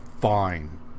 Fine